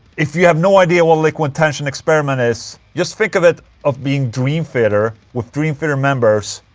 if you have no idea what liquid tension experiment is just think of it of being dream theater, with dream theater members